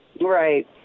Right